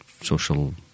social